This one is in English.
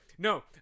No